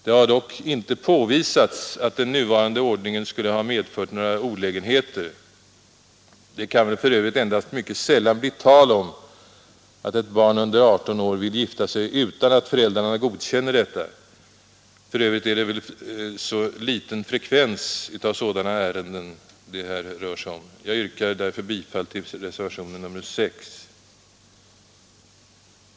Det har dock inte påvisats att den nuvarande ordningen skulle ha medfört några olägenheter. Det kan väl för övrigt endast mycket sällan bli tal om att ett barn under 18 år vill gifta sig utan att föräldrarna godkänner detta. För övrigt torde frekvensen av sådana ärenden vara mycket liten. Jag yrkar bifall till reservationen 6.